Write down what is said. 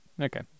Okay